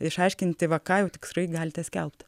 išaiškinti va ką jau tikrai galite skelbt